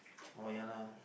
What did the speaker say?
uh ya ah